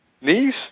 knees